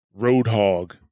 Roadhog